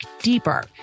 deeper